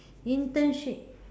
internship